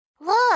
Look